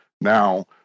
now